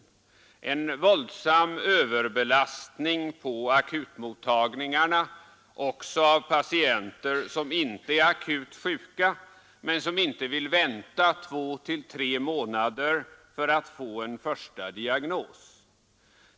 Det leder till en våldsam överbelastning på akutmottagningar även av patienter som inte är akut sjuka men som inte vill vänta två tre månader på att få en första diagnos.